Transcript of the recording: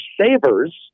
savers